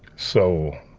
so